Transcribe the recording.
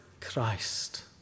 Christ